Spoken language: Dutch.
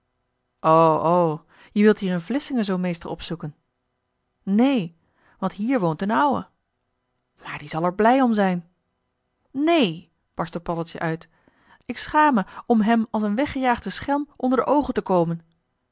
je wilt hier in vlissingen zoo'n meester opzoeken neen want hier woont d'n ouwe maar die zal er blij om zijn neen barstte paddeltje uit ik schaam me om hem als een weggejaagde schelm onder de oogen te komen